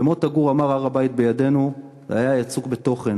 כשמוטה גור אמר "הר-הבית בידינו" זה היה יצוק בתוכן.